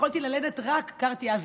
גרתי אז